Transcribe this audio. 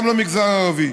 גם למגזר הערבי,